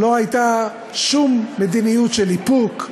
לא הייתה שום מדיניות של איפוק,